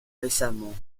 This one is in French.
récemment